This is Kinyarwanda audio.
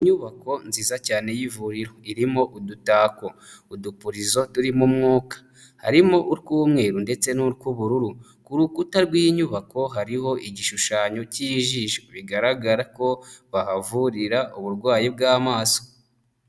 Inyubako nziza cyane y'ivuriro irimo udutako, udupuririzo turimo umwuka, harimo utw'umweru ndetse n'utw'ubururu. Ku rukuta rw'inyubako hariho igishushanyo cy'ijisho bigaragara ko bahavurira uburwayi bw'amaso.